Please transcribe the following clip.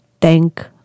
thank